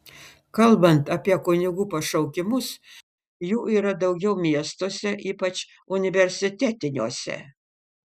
kalbant apie kunigų pašaukimus jų yra daugiau miestuose ypač universitetiniuose